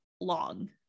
long